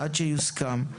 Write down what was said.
עד שיוסכם.